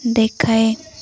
ଦେଖାଏ